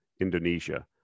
Indonesia